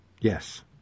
Yes